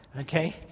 Okay